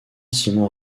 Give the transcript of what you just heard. simon